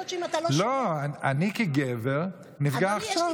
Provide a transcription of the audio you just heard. אני חושבת שאם אתה לא שומע, אני כגבר נפגע עכשיו.